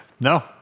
No